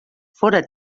fóra